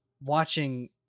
watching